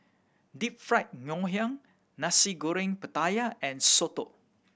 Deep Fried Ngoh Hiang Nasi Goreng Pattaya and soto